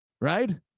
right